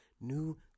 new